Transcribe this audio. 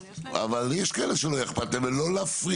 אבל, יש כאלה שלא אכפת להם.